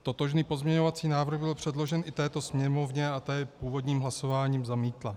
Totožný pozměňovací návrh byl předložen i této Sněmovně a ta jej původním hlasováním zamítla.